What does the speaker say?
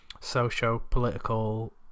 socio-political